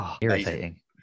Irritating